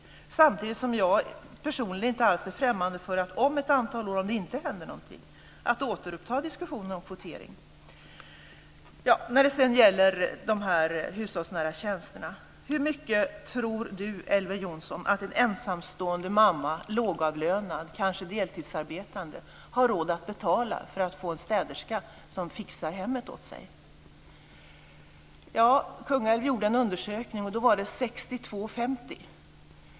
Samtidigt är jag personligen, om det inte händer någonting, inte alls främmande för att om ett antal år återuppta diskussionerna om kvotering. När det sedan gäller de hushållsnära tjänsterna vill jag fråga Elver Jonsson hur mycket han tror att en ensamstående, lågavlönad, kanske deltidsarbetande mamma har råd att betala för att få en städerska som fixar hemmet åt henne. I Kungälv gjorde man en undersökning, och det var 62:50 kr.